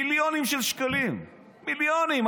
מיליונים של שקלים, מיליונים.